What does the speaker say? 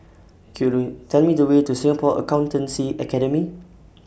Could YOU Tell Me The Way to Singapore Accountancy Academy